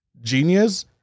genius